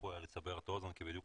לסבר את האוזן, כי בדיוק